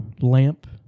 lamp